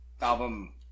album